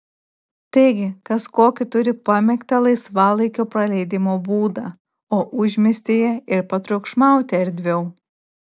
taigi kas kokį turi pamėgtą laisvalaikio praleidimo būdą o užmiestyje ir patriukšmauti erdviau